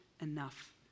enough